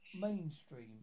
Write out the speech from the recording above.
mainstream